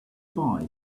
bye